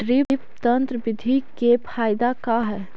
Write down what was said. Drip तन्त्र बिधि के फायदा का है?